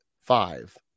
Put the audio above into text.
five